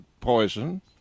poison